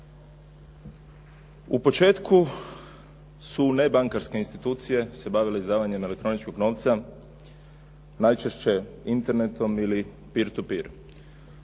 U početku su nebankarske institucije se bavile izdavanjem elektroničkog novca, najčešće internetom ili … /Govornik